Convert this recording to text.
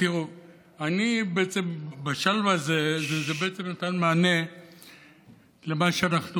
השלוה הזה בעצם נתן מענה למה שאנחנו